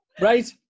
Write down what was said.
right